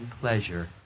pleasure